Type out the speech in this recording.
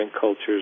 cultures